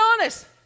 honest